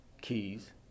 keys